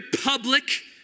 public